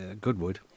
Goodwood